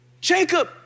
Jacob